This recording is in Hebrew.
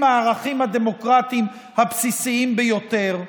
עם הערכים הדמוקרטיים הבסיסיים ביותר.